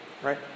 Right